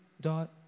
dot